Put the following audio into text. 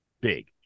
big